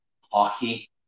hockey